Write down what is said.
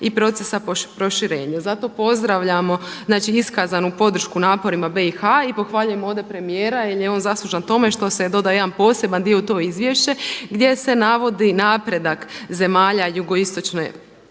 i procesa proširenja. Zato pozdravljamo iskazanu podršku naporima BiH i pohvaljujem ovdje premijera jer je on zaslužan tome što se dodaje jedan poseban dio u to izvješće gdje se navodi napredak zemalja Jugoistočne